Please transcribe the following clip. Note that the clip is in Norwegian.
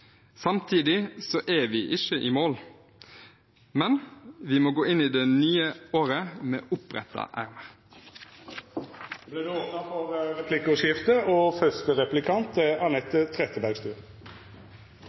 Samtidig er vi ikke i mål, men vi må gå inn i det nye året med oppbrettede ermer. Det vert replikkordskifte. Denne regjeringen har satt likestillingen i revers ved på mange områder å kutte i og